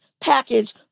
package